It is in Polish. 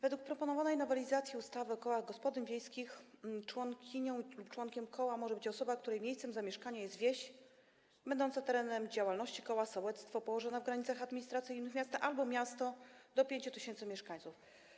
Według proponowanej nowelizacji ustawy o kołach gospodyń wiejskich członkinią lub członkiem koła może być osoba, której miejscem zamieszkania jest wieś będąca terenem działalności koła, sołectwo położone w granicach administracyjnych miasta albo miasto do 5 tys. mieszkańców.